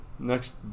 Next